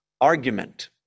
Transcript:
argument